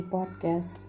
Podcast